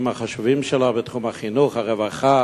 החשובים שלו בתחום החינוך והרווחה,